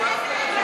תעשה עוד פעם.